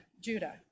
Judah